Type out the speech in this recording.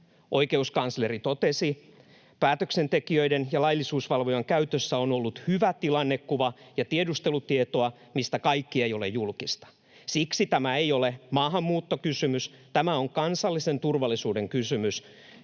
Oikeuskansleri totesi: ”Päätöksentekijöiden ja laillisuusvalvojan käytössä on ollut hyvä tilannekuva ja tiedustelutietoa, mistä kaikki ei ole julkista. Siksi tämä ei ole maahanmuuttokysymys. Tämä on kansallisen turvallisuuden kysymys,